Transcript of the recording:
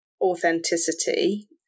authenticity